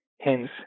Hence